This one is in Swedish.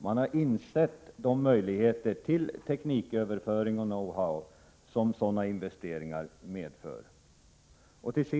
Man har insett de möjligheter till tekniköverföring och know-how som sådana investeringar medför.